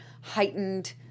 heightened